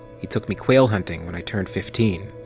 he took me quail hunting when i turned fifteen.